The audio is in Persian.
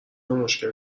مشکل